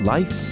Life